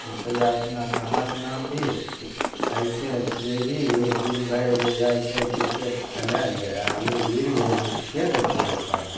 रुपैआ ओतना कहाँसे ने आनबही अएसे जएबही दिनभरि जे जाइ छही किरकेट खेलैले अभी गिर गेलही तऽ के देतौ रुपा